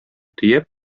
төяп